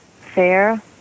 fair